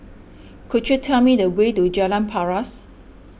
could you tell me the way to Jalan Paras